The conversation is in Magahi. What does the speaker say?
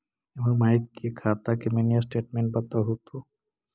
हमर माई के खाता के मीनी स्टेटमेंट बतहु तो?